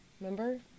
Remember